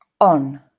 on